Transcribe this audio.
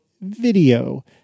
video